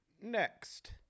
Next